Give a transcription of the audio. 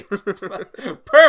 perfect